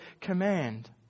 command